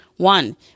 One